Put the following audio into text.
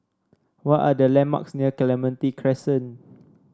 what are the landmarks near Clementi Crescent